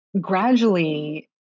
Gradually